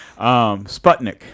Sputnik